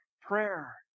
prayer